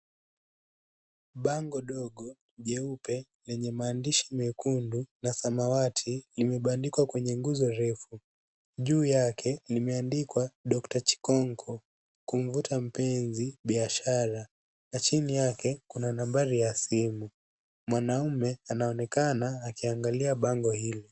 Bango ndogo jeupe lenye maandishi mekundu na samawati, imebandikwa kwenye nguzo refu. Juu yake imeandikwa doctor Chikonko, kumvuta mpenzi, biashara na chini yake kuna nambari ya simu. Mwanaume anaonekana akiangalia bango hili.